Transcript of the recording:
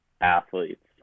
athletes